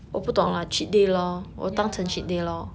yeah lah